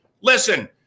Listen